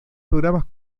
programas